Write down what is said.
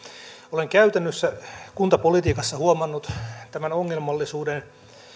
olen käytännössä kuntapolitiikassa huomannut tämän ongelmallisuuden